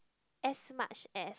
as much as